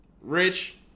Rich